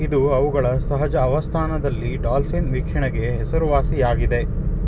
ಇದು ಅವುಗಳ ಸಹಜ ಅವಸ್ಥಾನದಲ್ಲಿ ಡಾಲ್ಫಿನ್ ವೀಕ್ಷಣೆಗೆ ಹೆಸರುವಾಸಿಯಾಗಿದೆ